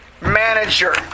manager